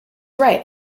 right